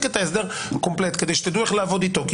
דמי חסות להעתיק את ההסדר קומפלט כדי שתדעו איך לעבוד איתו כי